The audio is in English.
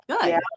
Good